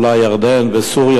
ואולי ירדן וסוריה,